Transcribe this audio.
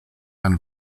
and